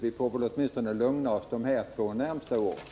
Vi får väl lugna oss åtminstone under de två närmaste åren.